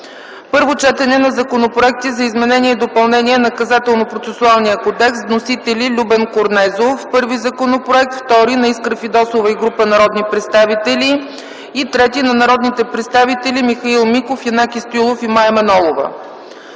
Първо четене на законопроекти за изменение и допълнение на Наказателно-процесуалния кодекс. Вносители: Любен Корнезов – първи законопроект; втори законопроект на Искра Фидосова и група народни представители; и трети законопроект на народните представители Михаил Миков, Янаки Стоилов и Мая Манолова.